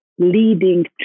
leading